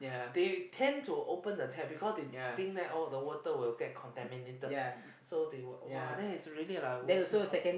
they tend to open the tap because they think that oh the water will get contaminated so they will !wah! that is really like wasting a lot